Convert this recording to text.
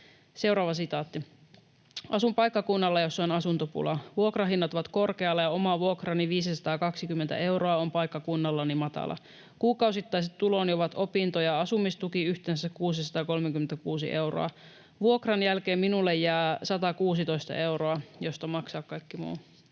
vuosikausia.” ”Asun paikkakunnalla, jossa on asuntopula. Vuokrahinnat ovat korkealla, ja oma vuokrani, 520 euroa, on paikkakunnallani matala. Kuukausittaiset tuloni ovat opinto- ja asumistuki, yhteensä 636 euroa. Vuokran jälkeen minulle jää 116 euroa, josta maksaa kaikki muu.”